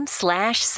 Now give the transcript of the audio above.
slash